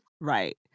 Right